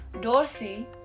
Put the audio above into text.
Dorsey